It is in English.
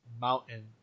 mountain